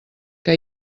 que